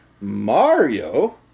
Mario